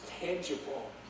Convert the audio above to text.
tangible